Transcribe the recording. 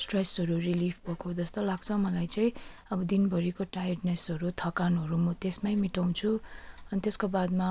स्ट्रेसहरू relief भएको जस्तो लाग्छ मलाई चाहिँ अब दिनभरिको टायर्डनेसहरू थकानहरू म त्यसमै मेटाउँछु अनि त्यसको बादमा मलाई